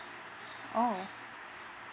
oh